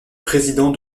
président